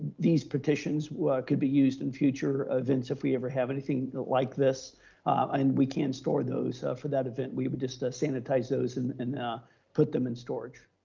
these partitions could be used in future events, if we ever have anything like this and we can store those for that event, we would just sanitize those and and put them in storage.